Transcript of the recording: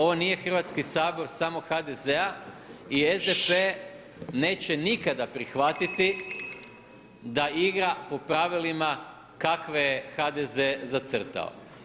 Ovo nije Hrvatski sabor samo HDZ-a i SDP neće nikada prihvatiti da igra po pravilima kakve je HDZ zacrtao.